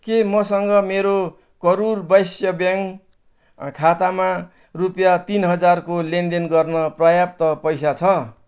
के मसँग मेरो करुर वैश्य ब्याङ्क अँ खातामा रुपियाँ तिन हजारको लेनदेन गर्न पर्याप्त पैसा छ